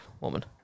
woman